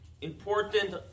important